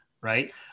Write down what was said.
right